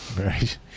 right